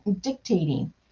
dictating